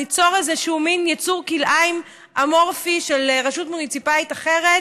ניצור איזה מין יצור כלאיים אמורפי של רשות מוניציפלית אחרת.